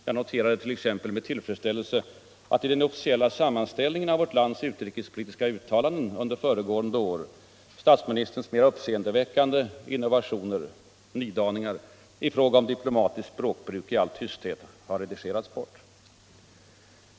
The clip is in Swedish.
Jag noterade t.ex. med tillfredsställelse att i den officiella sammanställningen av vårt lands utrikespolitiska uttalanden under föregående år statsministerns mera uppseendeväckande nydaningar i fråga om diplomatiskt språkbruk i all tysthet har redigerats bort.